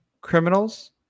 criminals